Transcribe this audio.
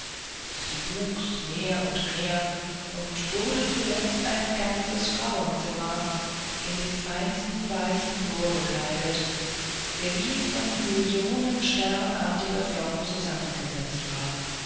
sie wuchs mehr und mehr und wurde zuletzt ein ganzes frauenzimmer in den feinsten weißen flor gekleidet der wie von millionen sternartiger flocken zusammengesetzt war